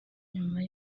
nyuma